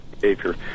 behavior